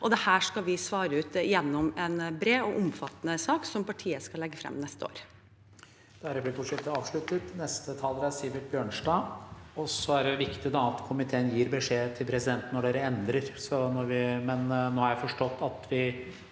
og dette skal vi svare ut gjennom en bred og omfattende sak som partiet skal legge frem neste år.